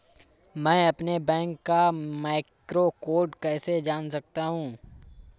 मैं अपने बैंक का मैक्रो कोड कैसे जान सकता हूँ?